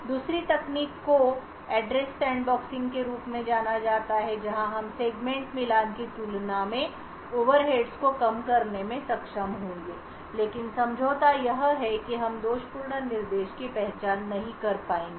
दूसरी तकनीक को एड्रेस सैंडबॉक्सिंग के रूप में जाना जाता है जहां हम सेगमेंट मिलान की तुलना में ओवरहेड्स को कम करने में सक्षम होंगे लेकिन समझौता यह है कि हम दोषपूर्ण निर्देश की पहचान नहीं कर पाएंगे